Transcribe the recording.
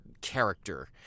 character